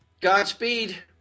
godspeed